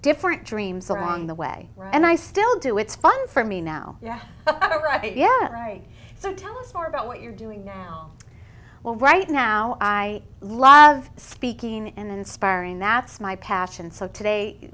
different dreams along the way and i still do it's fun for me now yeah yeah so tell us more about what you're doing well right now i love speaking and inspiring that's my passion so today